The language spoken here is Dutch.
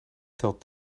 telt